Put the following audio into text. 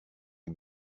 est